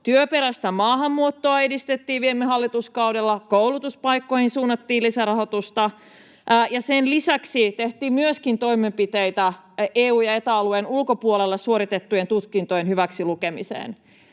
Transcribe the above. Työperäistä maahanmuuttoa edistettiin viime hallituskaudella, koulutuspaikkoihin suunnattiin lisärahoitusta ja sen lisäksi tehtiin toimenpiteitä myöskin EU- ja Eta-alueen ulkopuolella suoritettujen tutkintojen hyväksilukemiseen.